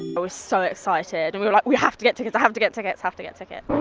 so so excited, and we were like, we have to get tickets, i have to get tickets, have to get tickets.